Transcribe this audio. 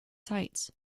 sites